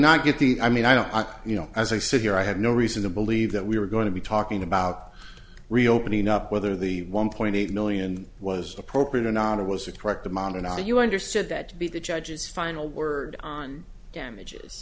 not get the i mean i don't you know as i sit here i had no reason to believe that we were going to be talking about reopening up whether the one point eight million was appropriate or not it was the correct amount in ah you understood that to be the judge's final word on damages